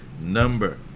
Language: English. number